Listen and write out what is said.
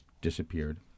disappeared